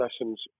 lessons